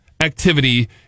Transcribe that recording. activity